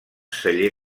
celler